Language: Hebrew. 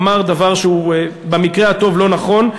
אמר דבר שהוא במקרה הטוב לא נכון,